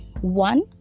One